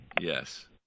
Yes